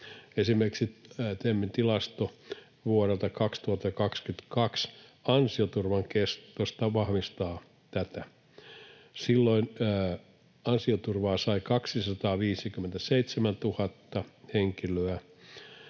Esimerkiksi TEMin tilasto vuodelta 2022 ansioturvan kestosta vahvistaa tätä. Silloin ansioturvaa sai 257 000 henkilöä,